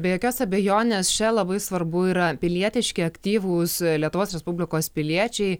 be jokios abejonės čia labai svarbu yra pilietiški aktyvūs lietuvos respublikos piliečiai